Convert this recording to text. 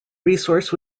resource